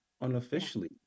unofficially